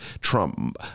trump